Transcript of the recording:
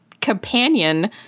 companion